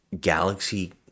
galaxy